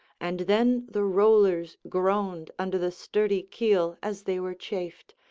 and then the rollers groaned under the sturdy keel as they were chafed,